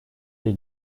des